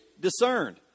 discerned